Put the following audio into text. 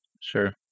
sure